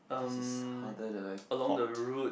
this is harder than I thought